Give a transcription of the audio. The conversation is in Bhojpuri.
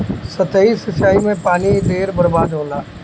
सतही सिंचाई में पानी ढेर बर्बाद होला